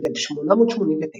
בשנת 1889,